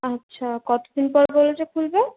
আচ্ছা কতদিন পর বলেছে খুলবে